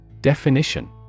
Definition